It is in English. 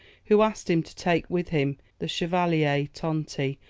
who asked him to take with him the chevalier tonti,